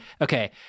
Okay